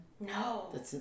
No